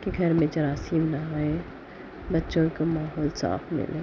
کہ گھر میں جراثیم نہ آئے بچوں کو ماحول صاف ملے